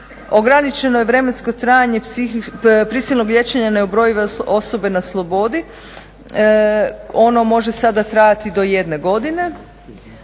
Ograničeno je vremensko trajanje prisilnog liječenja neubrojive osobe na slobodi. Ono može sada trajati do jedne godine.